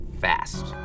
fast